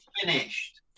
finished